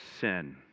sin